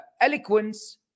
eloquence